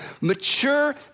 Mature